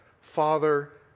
father